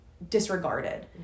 disregarded